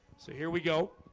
so here we go